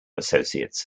associates